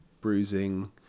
bruising